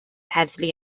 heddlu